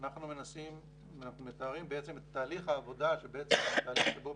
אנחנו מתארים את תהליך העבודה שהוא תהליך בו